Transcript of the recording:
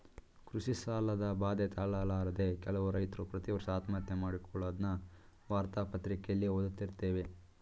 ಕೃಷಿ ಸಾಲದ ಬಾಧೆ ತಾಳಲಾರದೆ ಕೆಲವು ರೈತ್ರು ಪ್ರತಿವರ್ಷ ಆತ್ಮಹತ್ಯೆ ಮಾಡಿಕೊಳ್ಳದ್ನ ವಾರ್ತಾ ಪತ್ರಿಕೆಲಿ ಓದ್ದತಿರುತ್ತೇವೆ